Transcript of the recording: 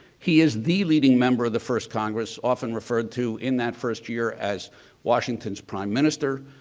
he is the leading member of the first congress, often referred to, in that first year, as washington's prime minister.